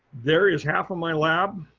there is half of my lab.